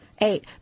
Eight